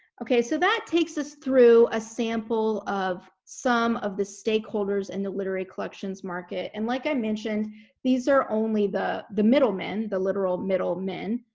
okay, so that takes us through a sample of some of the stakeholders in the literary collections market and like i mentioned these are only the the middlemen, the literal middle men,